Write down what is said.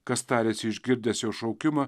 kas tarėsi išgirdęs jo šaukimą